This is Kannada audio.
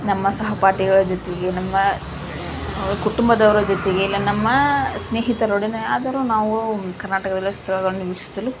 ನಮ್ಮ ಸಹಪಾಠಿಗಳ ಜೊತೆಗೆ ನಮ್ಮ ಕುಟುಂಬದವರ ಜೊತೆಗೆ ಇಲ್ಲ ನಮ್ಮ ಸ್ನೇಹಿತರೊಡನೆ ಆದರೂ ನಾವು ಕರ್ನಾಟಕದಲ್ಲಿರುವ ಸ್ಥಳಗಳನ್ನು ವೀಕ್ಷಿಸಲು